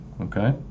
okay